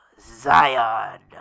Zion